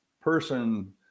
person